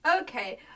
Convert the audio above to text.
Okay